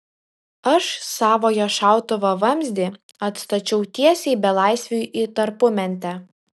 aš savojo šautuvo vamzdį atstačiau tiesiai belaisviui į tarpumentę